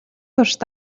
турш